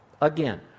Again